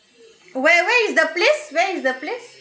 where where is the place where is the place